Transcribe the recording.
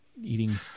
eating